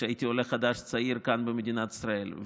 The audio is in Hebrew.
כשהייתי עולה חדש צעיר כאן במדינת ישראל.